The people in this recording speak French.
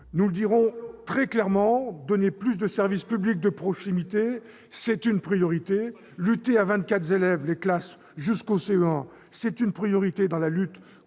Nous le dirons très clairement, donner plus de services publics de proximité, c'est une priorité. Limiter à 24 élèves les classes jusqu'au CE1, c'est une priorité dans la lutte